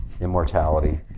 immortality